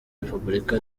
repubulika